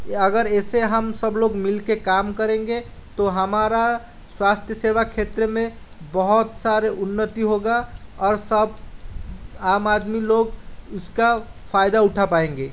अगर ऐसे हम सब लोग मिल कर काम करेंगे तो हमारा स्वास्थ्य सेवा क्षेत्र में बहुत सारी उन्नति होगी और सब आम आदमी लोग इसका फ़ायदा उठा पाएंगे